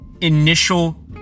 initial